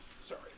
sorry